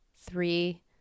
Three